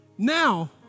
Now